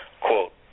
quote